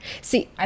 See